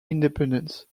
independence